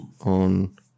on